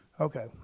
Okay